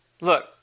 look